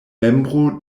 membro